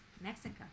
Mexico